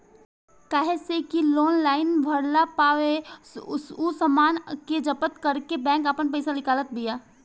काहे से कि लोन नाइ भरला पअ उ सामान के जब्त करके बैंक आपन पईसा निकालत बिया